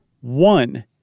one